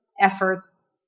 efforts